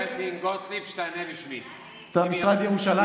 אני נותן לעו"ד גוטליב שתענה בשמי, אם היא רוצה.